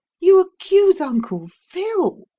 you accuse uncle phil?